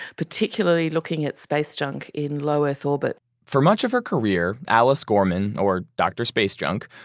particularly looking at space junk in low earth orbit for much of her career, alice gorman, or dr. space junk,